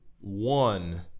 one